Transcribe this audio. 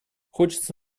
хочется